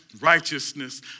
righteousness